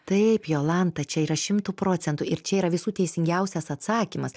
taip jolanta čia yra šimtu procentų ir čia yra visų teisingiausias atsakymas